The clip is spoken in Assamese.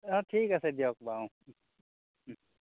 অ ঠিক আছে দিয়ক বাৰু ও